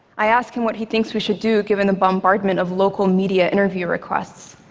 i ask him what he thinks we should do, given the bombardment of local media interview requests.